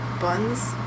Buns